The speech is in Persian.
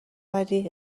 ولی